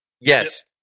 Yes